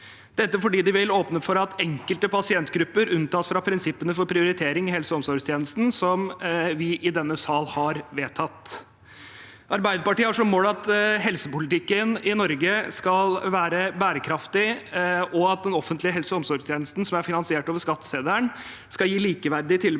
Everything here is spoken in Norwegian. dette fordi det vil åpne for at enkelte pasientgrupper unntas fra prinsippene for prioritering i helse- og omsorgstjenesten som vi i denne sal har vedtatt. Arbeiderpartiet har som mål at helsepolitikken i Norge skal være bærekraftig, og at den offentlige helseog omsorgstjenesten, som er finansiert over skatteseddelen, skal gi likeverdige tilbud